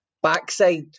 backside